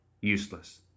Useless